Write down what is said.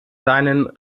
seinen